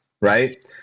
right